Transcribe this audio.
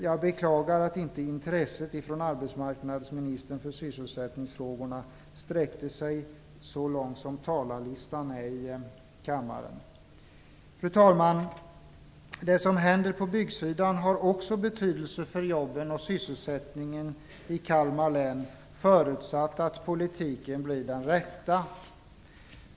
Jag beklagar att arbetsmarknadsministerns intresse för sysselsättningsfrågorna inte sträckte sig lika långt som talarlistan i kammaren gör. Fru talman! Det som händer på byggsidan har också betydelse för jobben och sysselsättningen i Kalmar län, förutsatt att politiken blir den rätta.